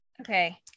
Okay